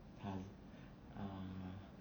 have none uh